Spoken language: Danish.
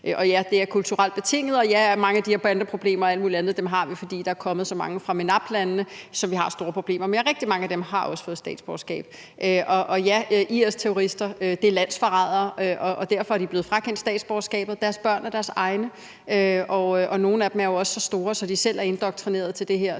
Og ja, det er kulturelt betinget, og ja, mange af de her bandeproblemer og alt mulig andet har vi, fordi der er kommet så mange fra MENAPT-landene, som vi har store problemer med, og rigtig mange af dem har også fået statsborgerskab. Og ja, IS-terrorister er landsforrædere, og derfor er de blevet frakendt statsborgerskabet; deres børn er deres egne, og nogle af dem er jo også så store, at de selv er blevet indoktrineret til det her,